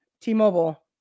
T-Mobile